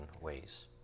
ways